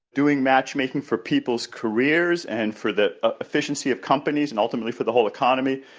doing matchmaking for people's careers and for the ah efficiency of companies and ultimately for the whole economy,